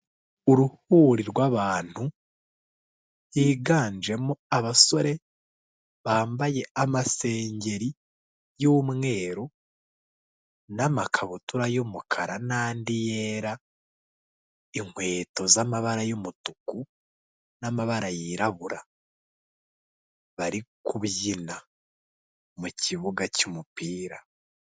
Uruhuri rw'abantu biganjemo abasore bambaye amasengeri y'umweru n'amakabutura y'umukara n'andi yera, inkweto z'amabara y'umutuku n'amabara yirabura, bari kubyina mu kibuga cy'umupira.